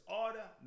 order